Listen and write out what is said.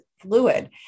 fluid